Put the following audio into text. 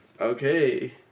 okay